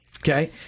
okay